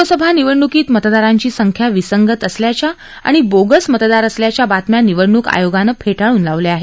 लोकसभा निवडणुकीत मतदारांची संख्या विसंगत असल्याच्या आणि बोगस मतदार असल्याच्या बातम्या निवडणुक आयोगानं फेटाळून लावल्या आहेत